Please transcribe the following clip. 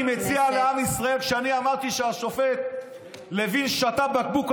אני מציע לעם ישראל: כשאני אמרתי שהשופט לוין שתה בקבוק עראק,